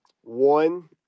One